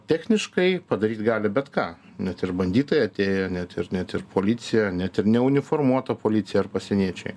techniškai padaryt gali bet ką net ir bandytai atėję net ir net ir policija net ir neuniformuota policija ar pasieniečiai